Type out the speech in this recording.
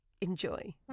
Enjoy